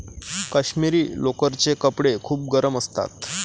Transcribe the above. काश्मिरी लोकरचे कपडे खूप गरम असतात